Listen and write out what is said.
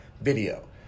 video